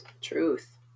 Truth